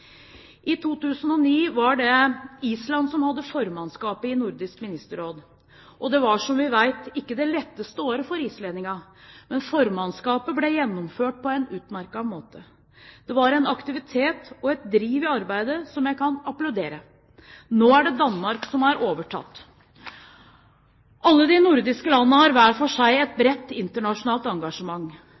I 2009 var det Island som hadde formannskapet i Nordisk Ministerråd. Det var, som vi vet, ikke det letteste året for islendingene, men formannskapet ble gjennomført på en utmerket måte. Det var en aktivitet og et driv i arbeidet som jeg kan applaudere. Nå er det Danmark som har overtatt. Alle de nordiske landene har hver for seg et bredt internasjonalt engasjement.